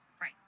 right